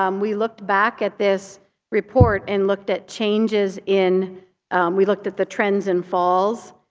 um we looked back at this report and looked at changes in we looked at the trends in falls.